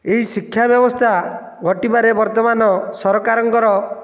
ଏହି ଶିକ୍ଷା ବ୍ୟବସ୍ଥା ଘଟିବାରେ ବର୍ତ୍ତମାନ ସରକାରଙ୍କର